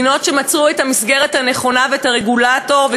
מדינות שמצאו את המסגרת הנכונה ואת הרגולטור.